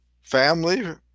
family